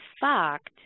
fact